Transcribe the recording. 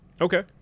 Okay